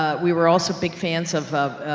ah we were also big fans of, ah,